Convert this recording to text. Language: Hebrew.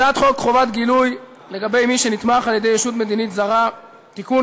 הצעת חוק חובת גילוי לגבי מי שנתמך על-ידי ישות מדינית זרה (תיקון,